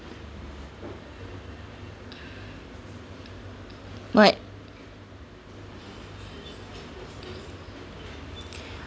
what